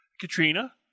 Katrina